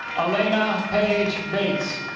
alaina page bates